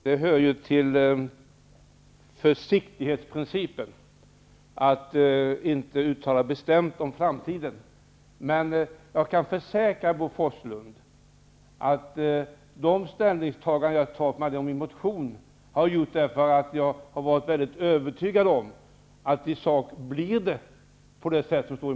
Herr talman! Det hör till försiktighetsprincipen att inte uttala sig bestämt om framtiden, men jag kan försäkra Bo Forslund att de ställningstaganden jag har gjort i motionen har jag gjort därför att jag varit övertygad om att det i sak blir så som det står där.